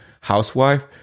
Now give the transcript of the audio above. Housewife